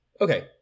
Okay